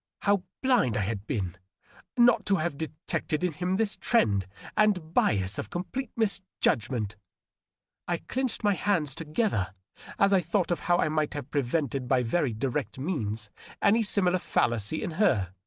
how blind i had been not to have detected in him this trend and bias of complete misjudgmenti i clinched my hands together as i thought of how i might have prevented by very direct means any similar fellacy in her.